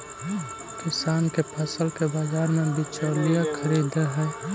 किसान के फसल के बाजार में बिचौलिया खरीदऽ हइ